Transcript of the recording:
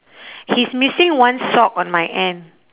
he's missing one sock on my end